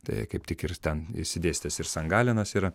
tai kaip tik ir ten išsidėstęs ir san galenas yra